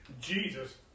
Jesus